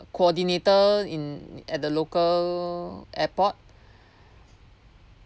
coordinator in at the local airport